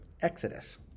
Exodus